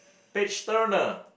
page turner